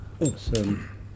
awesome